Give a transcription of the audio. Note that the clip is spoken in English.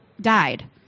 died